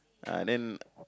ah then